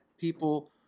people